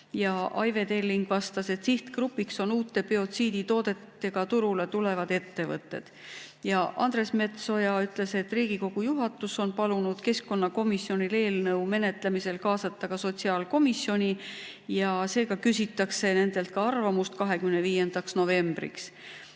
Aive Telling vastas, et sihtgrupiks on uute biotsiiditoodetega turule tulevad ettevõtted. Andres Metsoja ütles, et Riigikogu juhatus on palunud keskkonnakomisjonil eelnõu menetlemisse kaasata ka sotsiaalkomisjoni, seega küsitakse nendelt arvamust 25. novembriks.